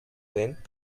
then